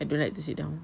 I don't like to sit down